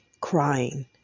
crying